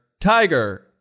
tiger